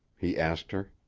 he asked her.